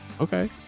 Okay